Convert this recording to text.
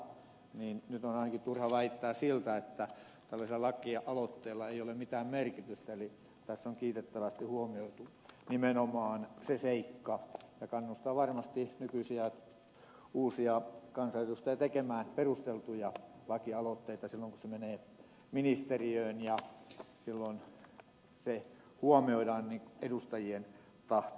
nyt on ainakin turha väittää sitä että tällaisella lakialoitteella ei ole mitään merkitystä eli tässä on kiitettävästi huomioitu nimenomaan se seikka ja se kannustaa varmasti nykyisiä ja uusia kansanedustajia tekemään perusteltuja lakialoitteita koska kun ne menevät ministeriöön silloin huomioidaan edustajien tahto